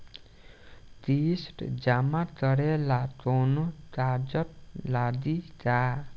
किस्त जमा करे ला कौनो कागज लागी का?